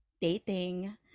dating